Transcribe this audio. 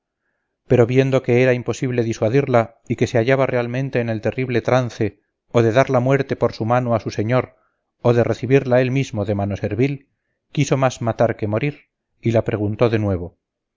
pero viendo que era imposible disuadirla y que se hallaba realmente en el terrible trance o de dar la muerte por su mano a su señor o de recibirla él mismo de mano servil quiso más matar que morir y la preguntó de nuevo